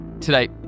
Today